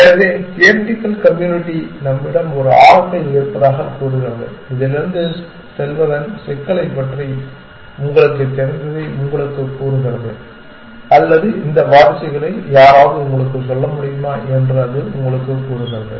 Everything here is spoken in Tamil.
எனவே தியரிட்டிக்கல் கம்யூனிட்டி நம்மிடம் ஒரு ஆரக்கிள் இருப்பதாகக் கூறுகிறது இதிலிருந்து செல்வதன் சிக்கலைப் பற்றி உங்களுக்குத் தெரிந்ததை இது உங்களுக்குக் கூறுகிறது அல்லது இந்த வாரிசுகளை யாராவது உங்களுக்குச் சொல்ல முடியுமா என்று அது உங்களுக்குக் கூறுகிறது